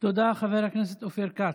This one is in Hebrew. תודה, חבר הכנסת אופיר כץ.